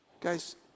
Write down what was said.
Guys